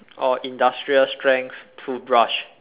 or industrial strength toothbrush